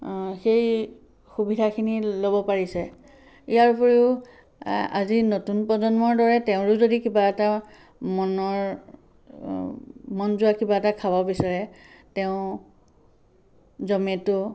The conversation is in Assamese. সেই সুবিধাখিনি ল'ব পাৰিছে ইয়াৰ উপৰিও আজি নতুন প্ৰজন্মৰ দৰে তেওঁৰো যদি কিবা এটা মনৰ মন যোৱা কিবা এটা খাব বিচাৰে তেওঁ জ'মেট'